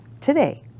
today